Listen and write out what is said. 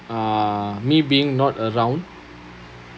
uh me being not around